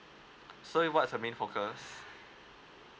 so what's her main focus